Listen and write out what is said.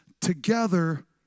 together